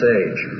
age